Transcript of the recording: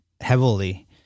heavily